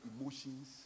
emotions